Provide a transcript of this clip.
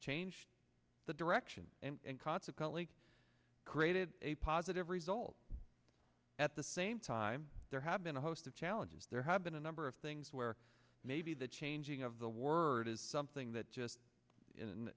change the direction and consequently created a positive result at the same time there have been a host of challenges there have been a number of things where maybe the the word is something that just in